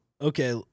Okay